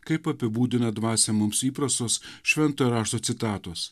kaip apibūdina dvasią mums įprastos šventojo rašto citatos